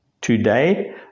today